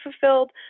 fulfilled